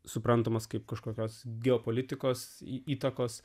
suprantamos kaip kažkokios geopolitikos įtakos